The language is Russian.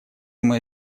мои